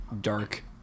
dark